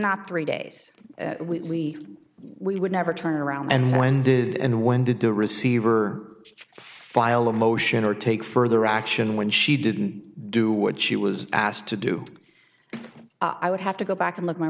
not three days we we would never turn around and when did and when did the receiver file a motion or take further action when she didn't do what she was asked to do i would have to go back and look my